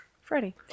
Freddie